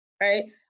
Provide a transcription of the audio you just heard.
right